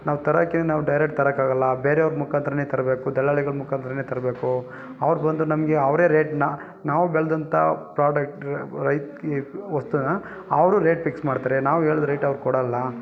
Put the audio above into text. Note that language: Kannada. ನಾವು ತರಕ್ಕೆ ನಾವು ಡೈರೆಟ್ ತರಕ್ಕಾಗಲ್ಲ ಬೇರೆಯವ್ರ ಮುಖಾಂತರನೆ ತರಬೇಕು ದಲ್ಲಾಳಿಗಳ ಮುಖಾಂತರನೆ ತರಬೇಕು ಅವ್ರು ಬಂದು ನಮಗೆ ಅವರೇ ರೇಟನ್ನ ನಾವು ಬೆಳ್ದಂಥ ಪ್ರಾಡಕ್ಟ್ ರೈ ವಸ್ತುನ ಅವರು ರೇಟ್ ಪಿಕ್ಸ್ ಮಾಡ್ತಾರೆ ನಾವು ಹೇಳ್ದ್ ರೇಟ್ ಅವ್ರು ಕೊಡಲ್ಲ